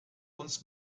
uns